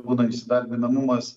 būna įsidarbinamumas